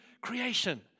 creation